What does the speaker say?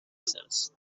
cells